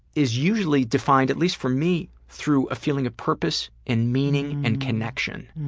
is usually defined at least for me through a feeling of purpose and meaning and connection.